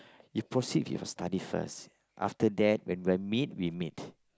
you proceed with your studies first after that when we're meet we meet